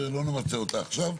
לא נבצע אותה עכשיו.